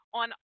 on